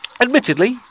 Admittedly